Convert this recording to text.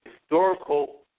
historical